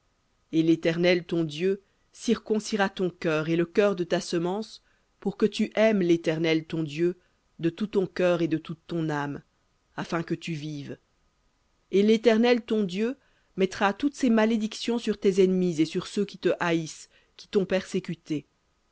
et l'éternel ton dieu circoncira ton cœur et le cœur de ta semence pour que tu aimes l'éternel ton dieu de tout ton cœur et de toute ton âme afin que tu vives et l'éternel ton dieu mettra toutes ces malédictions sur tes ennemis et sur ceux qui te haïssent qui t'ont persécuté